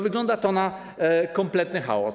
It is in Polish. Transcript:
Wygląda to na kompletny chaos.